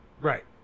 Right